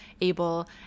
able